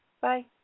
Bye